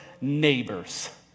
neighbors